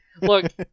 Look